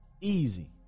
Easy